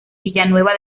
villanueva